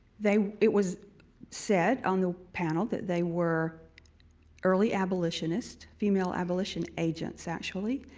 they it was said on the panel that they were early abolitionist, female abolition agents, actually.